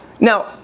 Now